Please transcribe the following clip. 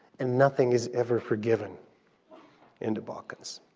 and nothing is ever forgiven in the balkans.